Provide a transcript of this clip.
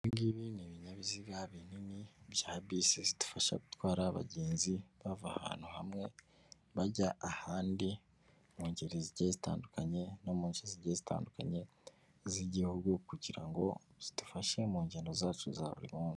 Ibi ngibi ni ibinyabiziga binini bya bisi zidufasha gutwara abagenzi bava ahantu hamwe, bajya ahandi, mu ngeri zigiye zitandukanye no mu nce zigiye zitandukanye z'igihugu kugira ngo zidufashe mu ngendo zacu za buri munsi.